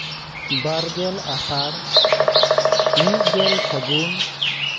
ᱵᱟᱨᱜᱮᱞ ᱟᱥᱟᱲ ᱢᱤᱫ ᱜᱮᱞ ᱯᱷᱟᱹᱜᱩᱱ